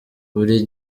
buri